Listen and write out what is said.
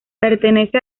pertenece